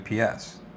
UPS